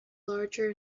larger